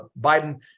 Biden